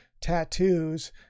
tattoos